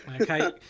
Okay